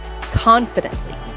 Confidently